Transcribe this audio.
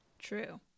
true